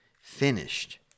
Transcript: finished